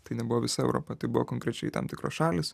tai nebuvo visa europa tai buvo konkrečiai tam tikros šalys